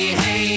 hey